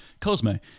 Cosmo